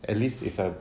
at least if it's a